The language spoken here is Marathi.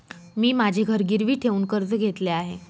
मी माझे घर गिरवी ठेवून कर्ज घेतले आहे